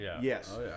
yes